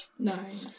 Nine